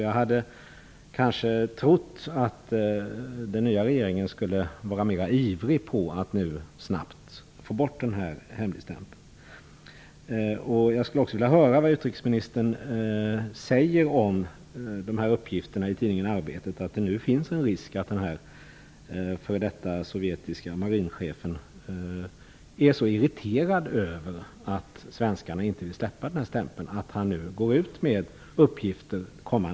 Jag hade trott att den nya regeringen skulle vara mera ivrig att snabbt få bort denna hemligstämpel. Jag skulle vilja höra vad utrikesministern säger om uppgifterna i tidningen Arbetet om att det finns en risk att den f.d. sovjetiska marinchefen är så irriterad över att svenskarna inte vill häva hemligstämpeln, att han kommande helg går ut med uppgifter.